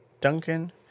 Duncan